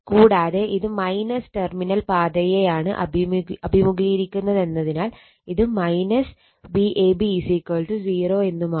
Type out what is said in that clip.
കൂടാതെ ഇത് minus terminal പാതയെയാണ് അഭിമുഖീകരിക്കുന്നതെന്നതിനാൽ ഇത് Vab 0 എന്നുമാവും